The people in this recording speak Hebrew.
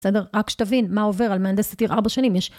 בסדר? רק שתבין מה עובר על מהנדסת עיר ארבע שנים יש...